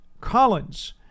Collins